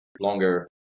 longer